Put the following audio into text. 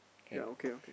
ya okay okay